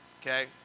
Okay